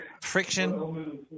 friction